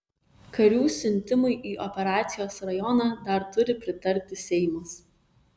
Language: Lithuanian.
karių siuntimui į operacijos rajoną dar turi pritarti seimas